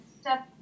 step